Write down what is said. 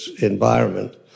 environment